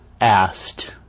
asked